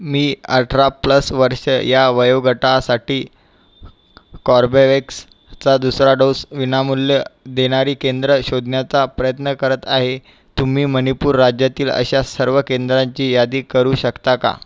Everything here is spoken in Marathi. मी अठरा प्लस वर्षे या वयोगटासाठी कोर्बेवॅक्सचा दुसरा डोस विनामूल्य देणारी केंद्र शोधण्याचा प्रयत्न करत आहे तुम्ही मणिपूर राज्यातील अशा सर्व केंद्रांची यादी करू शकता का